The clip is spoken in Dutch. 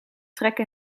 trekke